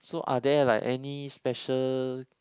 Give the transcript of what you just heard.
so are there like any special